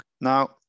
Now